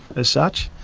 as such.